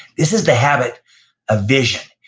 this is the habit of vision.